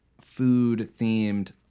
food-themed